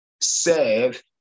serve